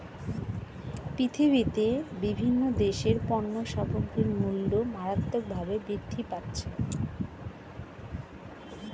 পৃথিবীতে বিভিন্ন দেশের পণ্য সামগ্রীর মূল্য মারাত্মকভাবে বৃদ্ধি পাচ্ছে